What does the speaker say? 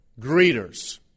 greeters